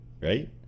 right